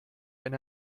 ein